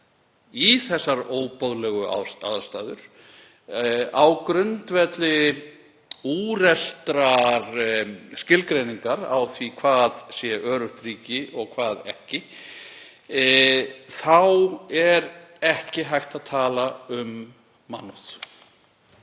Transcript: í þessar óboðlegu aðstæður á grundvelli úreltrar skilgreiningar á því hvað sé öruggt ríki og hvað ekki, þá er ekki hægt að tala um mannúð.